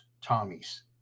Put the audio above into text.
Tommy's